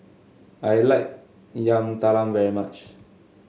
I like Yam Talam very much